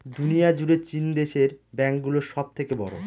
দুনিয়া জুড়ে চীন দেশের ব্যাঙ্ক গুলো সব থেকে বড়ো